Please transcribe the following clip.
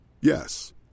Yes